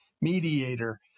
mediator